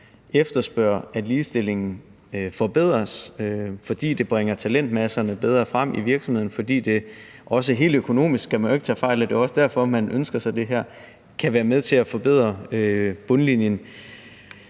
efterspørger, at ligestillingen forbedres, fordi det bringer talentmasserne bedre frem i virksomhederne, og fordi det også helt økonomisk – man skal jo ikke tage fejl af, at det også er derfor, man ønsker sig det her – kan være med til at forbedre bundlinjen.